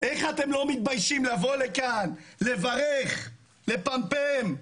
איך אתם לא מתביישים לבוא לכאן לברך, לפמפם.